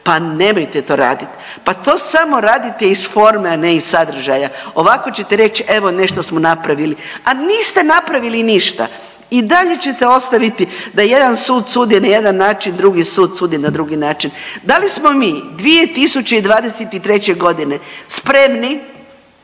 Pa nemojte to raditi. Pa to samo radite iz forme, a ne iz sadržaja. Ovako ćete reći evo nešto smo napravili, a niste napravili ništa. I dalje ćete ostaviti da jedan sud sudi na jedan način, drugi sud sudi na drugi način. Da li smo mi 2023. godine spremni